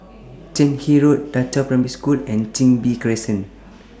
Cairnhill Road DA Qiao Primary School and Chin Bee Crescent